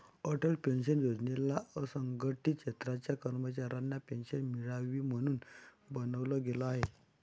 Atal pension योजनेला असंघटित क्षेत्राच्या कर्मचाऱ्यांना पेन्शन मिळावी, म्हणून बनवलं गेलं आहे